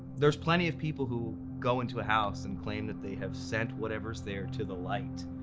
there's plenty of people who go into a house and claim that they have sent whatever's there to the light.